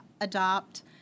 adopt